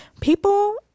People